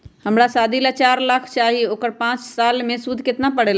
हमरा शादी ला चार लाख चाहि उकर पाँच साल मे सूद कितना परेला?